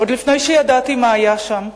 עוד לפני שידעתי מה היה שם,